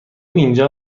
اینجا